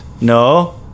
No